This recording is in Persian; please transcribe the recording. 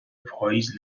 پاییز